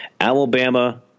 Alabama